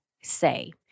Say